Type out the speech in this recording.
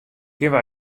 kinne